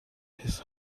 his